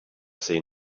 seen